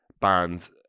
bands